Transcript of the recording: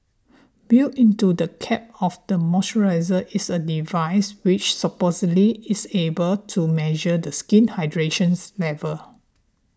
built into the cap of the moisturiser is a device which supposedly is able to measure the skin's hydrations levels